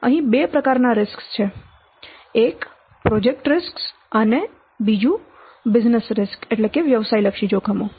અહીં બે પ્રકારનાં જોખમો છે એક પ્રોજેક્ટના જોખમો છે બીજા વ્યવસાય જોખમો છે